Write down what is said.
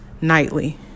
nightly